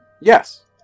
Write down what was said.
Yes